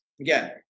again